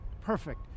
perfect